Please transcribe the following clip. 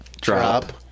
Drop